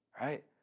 right